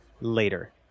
later